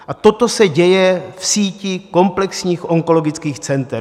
A toto se děje v síti komplexních onkologických center.